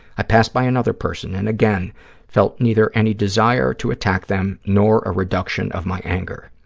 i passed by another person and again felt neither any desire to attack them nor a reduction of my anger.